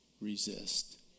resist